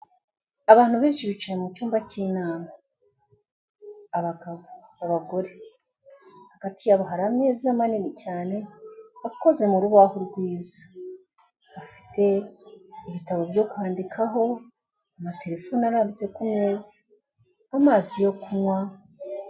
Abantu benshi bicaye mu cyumba cy'inama, abagabo, abagore, hagati yabo hari ameza manini cyane akoze mu rubaho rwiza. Bafite ibitabo byo kwandikaho, amaterefone arambitse ku meza, amazi yo kunywa.